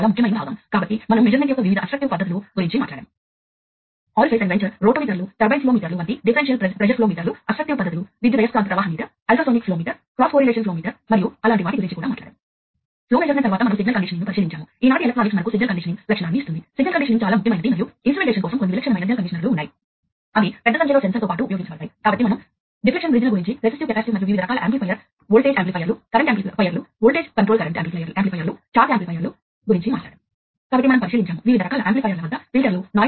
దాని కోసం ప్రజలు వివిధ రకాల కమ్యూనికేషన్ టెక్నాలజీ లను ఉపయోగించే వారు ఉదాహరణకు ప్రజలు 4 20 mA అనలాగ్ టెక్నాలజీ ని ఎక్కడైతే కరెంటు ట్రాన్స్మిషన్ కొరకు ఉపయోగించబడుతుందో అక్కడ ఉపయోగించే వారు మనం చూసినట్లుగా కరెంటు ట్రాన్స్మిషన్ కు నాయిస్ నిరోధక శక్తి పరంగా కొన్ని ప్రయోజనాలు ఉన్నాయి